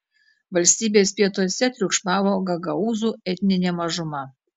valstybės pietuose triukšmavo gagaūzų etninė mažuma